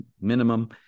minimum